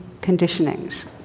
conditionings